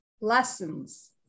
lessons